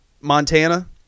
Montana